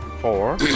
Four